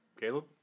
Caleb